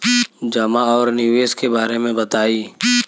जमा और निवेश के बारे मे बतायी?